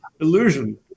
illusion